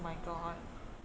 oh my god